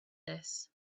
this